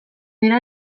dira